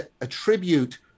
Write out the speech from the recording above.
attribute